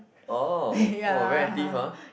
oh oh very active ah